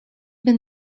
been